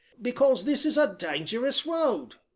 because this is a dangerous road,